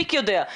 מספיק יודע.